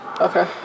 Okay